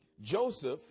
Joseph